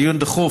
דיון דחוף.